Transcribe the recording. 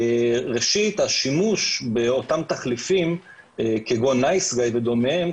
ראשית השימוש באותם תחליפים כגון 'נייס גאי' ודומיהם,